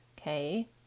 Okay